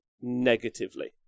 Negatively